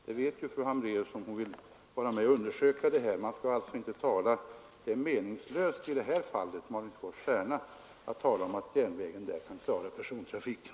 Det vet fru Hambraeus, om hon velat undersöka saken. I fallet Malungsfors—Särna är det meningslöst att tala om att järnvägen kan klara persontrafiken.